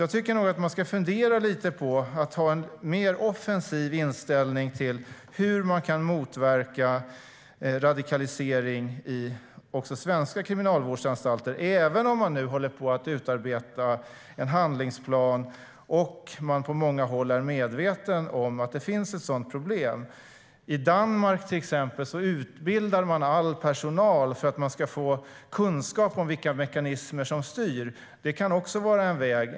Jag tycker att man ska fundera över att ha en mer offensiv inställning till hur man kan motverka radikalisering också i svenska kriminalvårdsanstalter, även om man håller på att utarbeta en handlingsplan och man på många håll är medveten om att det finns ett sådant problem. I Danmark utbildas all personal för att få kunskap om vilka mekanismer som styr. Det kan också vara en väg.